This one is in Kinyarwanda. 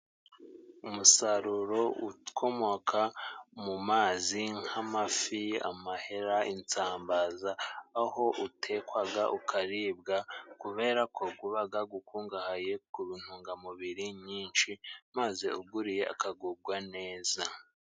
Umusaruro ukomoka mu mazi nk'amafi, amahera, insambaza, aho itekwa ikaribwa kubera ko uba ukungahaye ku ntungamubiri nyinshi, maze uwuriye akagubwa neza.